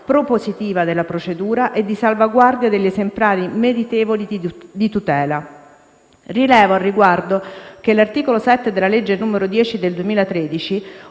propositiva della procedura e di salvaguardia degli esemplari meritevoli di tutela. Rilevo al riguardo che l'articolo 7 della legge n. 10 del 2013,